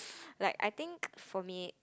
like I think for me